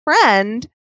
friend